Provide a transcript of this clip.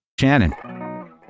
Shannon